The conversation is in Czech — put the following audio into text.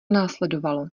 následovalo